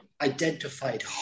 identified